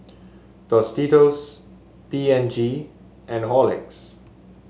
Tostitos P and G and Horlicks